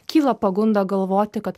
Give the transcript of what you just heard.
kyla pagunda galvoti kad